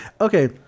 okay